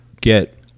get